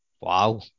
wow